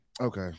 Okay